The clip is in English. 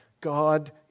God